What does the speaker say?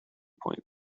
point